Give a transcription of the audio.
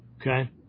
okay